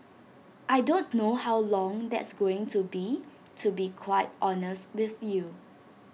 I don't know how long that's going to be to be quite honest with you